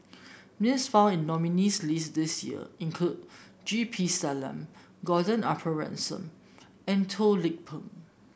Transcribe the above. names found in nominees' list this year include G P Selvam Gordon Arthur Ransome and Toh Lik Peng